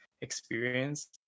experience